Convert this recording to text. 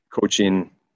coaching